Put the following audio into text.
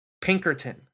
pinkerton